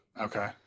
Okay